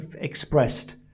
expressed